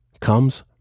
comes